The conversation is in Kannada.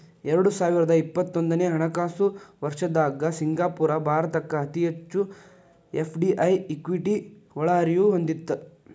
ಎರಡು ಸಾವಿರದ ಇಪ್ಪತ್ತೊಂದನೆ ಹಣಕಾಸು ವರ್ಷದ್ದಾಗ ಸಿಂಗಾಪುರ ಭಾರತಕ್ಕ ಅತಿ ಹೆಚ್ಚು ಎಫ್.ಡಿ.ಐ ಇಕ್ವಿಟಿ ಒಳಹರಿವು ಹೊಂದಿತ್ತ